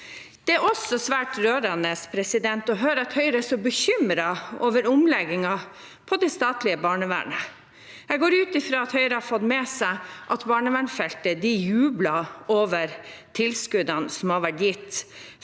Det er også svært rørende å høre at Høyre er så bekymret over omleggingen av det statlige barnevernet. Jeg går ut fra at Høyre har fått med seg at på barnevernsfeltet jubler man over tilskuddene som har vært gitt,